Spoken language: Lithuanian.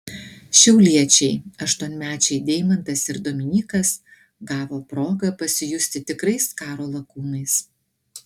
šiauliečiai aštuonmečiai deimantas ir dominykas gavo progą pasijusti tikrais karo lakūnais